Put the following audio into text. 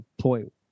point